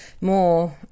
more